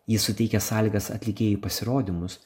jis suteikia sąlygas atlikėjų pasirodymus